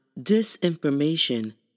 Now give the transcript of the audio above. disinformation